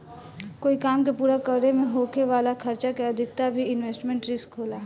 कोई काम के पूरा करे में होखे वाला खर्चा के अधिकता भी इन्वेस्टमेंट रिस्क होला